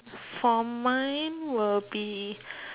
for mine will be